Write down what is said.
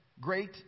great